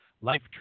Life